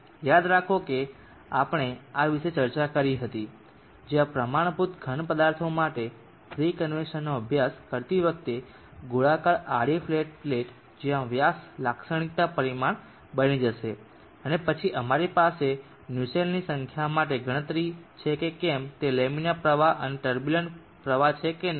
યાદ કરો કે આપણે આ વિશે ચર્ચા કરી હતી જ્યારે પ્રમાણભૂત ઘન પદાર્થો માટે ફ્રી કન્વેકસનનો અભ્યાસ કરતી વખતે ગોળાકાર આડી ફ્લેટ પ્લેટ જ્યાં વ્યાસ લાક્ષણિકતા પરિમાણ બની જશે અને પછી અમારી પાસે ન્યુસેલ્ટની સંખ્યા માટે ગણતરી છે કે કેમ તે લેમિનર પ્રવાહ અથવા ટર્બુલંટ પ્રવાહ છે કે નહીં